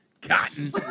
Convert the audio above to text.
Cotton